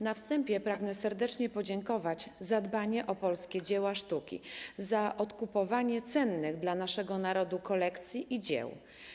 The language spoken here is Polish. Na wstępie pragnę serdecznie podziękować za dbanie o polskie dzieła sztuki, za odkupowanie cennych dla naszego narodu kolekcji i dzieł.